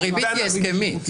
הריבית היא הסכמית.